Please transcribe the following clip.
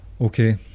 okay